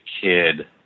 kid